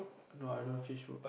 do I don't fish